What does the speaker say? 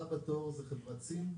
הבאה בתור זו חברת צים.